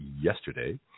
yesterday